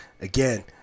Again